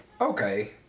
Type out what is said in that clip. Okay